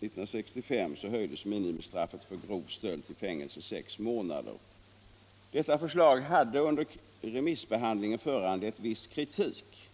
1965 höjdes minimistraffet för grov stöld till fängelse sex månader. Detta förslag hade under remissbehandlingen föranlett viss kritik.